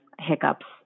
hiccups